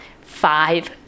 five